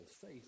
faith